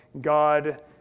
God